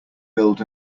build